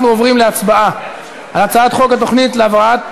אנחנו עוברים להצבעה על הצעת חוק התוכנית להבראת